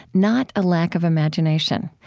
not a lack of imagination.